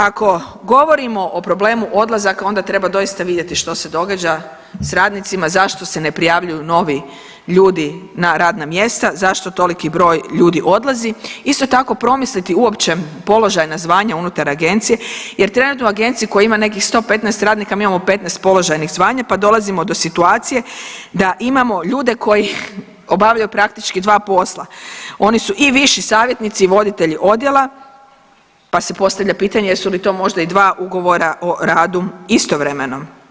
Ako govorimo o problemu odlazaka onda treba doista vidjeti što se događa s radnicima, zašto se ne prijavljuju novi ljudi na radna mjesta, zašto toliki broj ljudi odlazi, isto tako promisliti uopće položajna zvanja unutar agencije jer trenutno u agenciji koja ima nekih 115 radnika mi imamo 15 položajnih zvanja, pa dolazimo do situacije da imamo ljude koji obavljaju praktički dva posla, oni su i viši savjetnici i voditelji odjela, pa se postavlja pitanje jesu li to možda i dva ugovora o radu istovremeno.